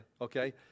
okay